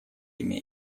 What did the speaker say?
ими